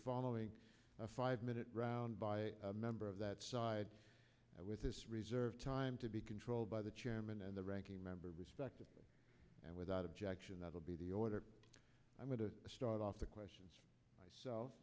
following a five minute round by a member of that side with this reserve time to be controlled by the chairman and the ranking member respected and without objection that will be the order i'm going to start off the questions